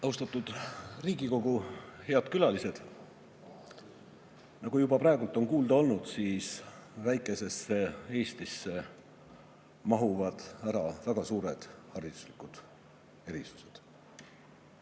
Austatud Riigikogu! Head külalised! Nagu praegu juba kuulda on olnud, väikesesse Eestisse mahuvad ära väga suured hariduslikud erisused.